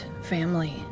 family